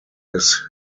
his